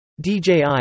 DJI